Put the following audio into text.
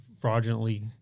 fraudulently